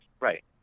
Right